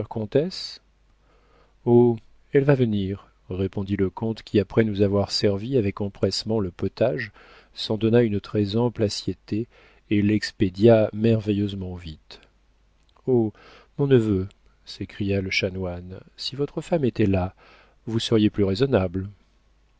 oh elle va venir répondit le comte qui après nous avoir servi avec empressement le potage s'en donna une très ample assiettée et l'expédia merveilleusement vite oh mon neveu s'écria le chanoine si votre femme était là vous seriez plus raisonnable